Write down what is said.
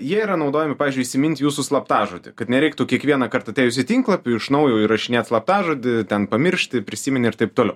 jie yra naudojami pavyzdžiui įsimint jūsų slaptažodį kad nereiktų kiekvienąkart atėjus į tinklapį iš naujo įrašinėt slaptažodį ten pamiršti prisimeni ir taip toliau